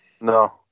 No